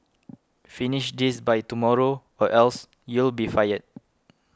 finish this by tomorrow or else you'll be fired